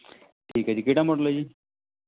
ਠੀਕ ਹੈ ਜੀ ਕਿਹੜਾ ਮੌਡਲ ਹੈ ਜੀ